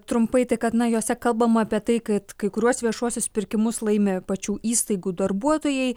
trumpai tai kad na jose kalbama apie tai kad kai kuriuos viešuosius pirkimus laimi pačių įstaigų darbuotojai